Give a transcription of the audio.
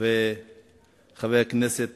וחבר הכנסת